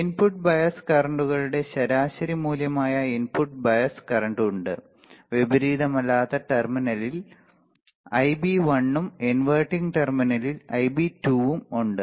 input bias കറന്റുകളുടെ ശരാശരി മൂല്യമായ ഇൻപുട്ട് ബയസ് കറൻറ് ഉണ്ട് വിപരീതമല്ലാത്ത ടെർമിനലിൽ Ib1 ഉം ഇൻവെർട്ടിംഗ് ടെർമിനലിൽ Ib2 ഉം ഉണ്ട്